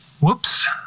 whoops